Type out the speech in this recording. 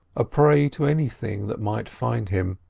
a prey to anything that might find him.